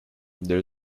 there